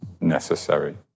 necessary